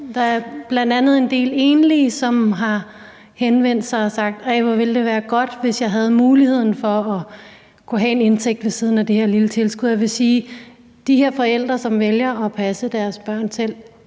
der er bl.a. en del enlige, som har henvendt sig og sagt, at det ville være godt, hvis de havde muligheden for at have en indtægt ved siden af det her lille tilskud. Jeg vil sige, at mit indtryk af de her forældre, som vælger at passe deres børn selv,